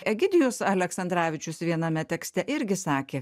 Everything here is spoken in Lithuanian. egidijus aleksandravičius viename tekste irgi sakė